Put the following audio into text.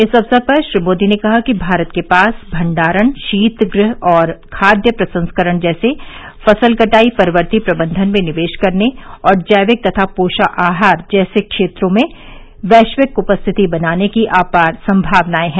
इस अवसर पर श्री मोदी ने कहा कि भारत के पास भंडारण शीत गृह और खाद्य प्रसंस्करण जैसे फसल कटाई परवर्ती प्रबंधनमें निवेश करने और जैविक तथा पोषक आहार जैसे क्षेत्रों में वैश्विक उपस्थिति बनान ेकी अपार संभावनाएं हैं